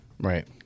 Right